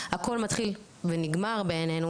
הכול מתחיל ונגמר בעינינו,